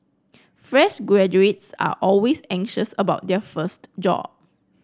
fresh graduates are always anxious about their first job